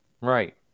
Right